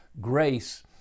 grace